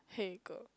here you go